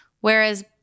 Whereas